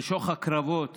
בשוך הקרבות